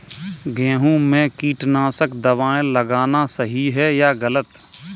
गेहूँ में कीटनाशक दबाई लगाना सही है या गलत?